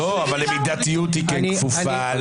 למידתיות היא כן כפופה.